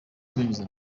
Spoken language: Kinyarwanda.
kwinjiza